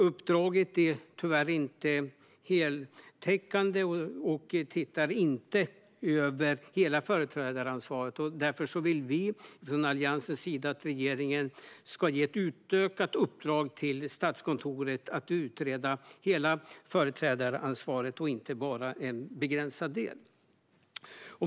Uppdraget är tyvärr inte heltäckande och innefattar inte att se över hela företrädaransvaret. Därför vill vi från Alliansens sida att regeringen ger ett utökat uppdrag till Statskontoret att utreda hela företrädaransvaret och inte bara en begränsad del.